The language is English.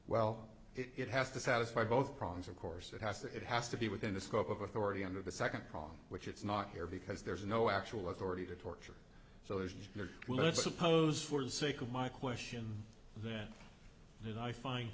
well it has to satisfy both problems of course it has to it has to be within the scope of authority under the second prong which it's not here because there's no actual authority to torture so there's no let's suppose for the sake of my question then did i find